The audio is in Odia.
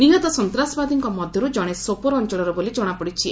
ନିହତ ସନ୍ତାସବାଦଙ୍କ ମଧ୍ୟରୁ ଜଣେ ସୋପୋରୋ ଅଞ୍ଚଳରେ ବୋଲି ଜଣାପଡିଛି